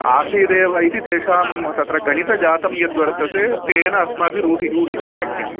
आसीदेव इति तेषां तत्र गणितजातं यद्वर्तते तेन अस्माभिः रू ऊहितुं शक्यते